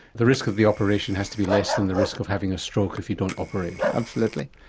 the risk of the operation has to be less than the risk of having a stroke if you don't operate? absolutely.